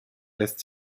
lässt